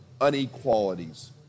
unequalities